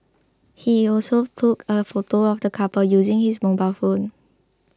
he also took a photo of the couple using his mobile phone